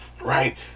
right